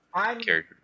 character